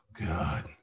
god